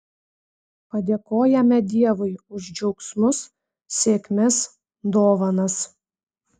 padėkojame dievui už džiaugsmus sėkmes dovanas